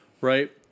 Right